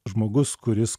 žmogus kuris